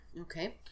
Okay